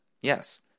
Yes